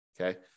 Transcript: Okay